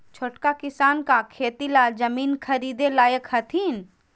छोटका किसान का खेती ला जमीन ख़रीदे लायक हथीन?